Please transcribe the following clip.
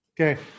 Okay